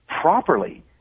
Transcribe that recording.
properly